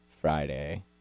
Friday